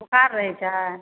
बोखार रहै छै